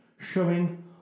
showing